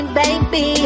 baby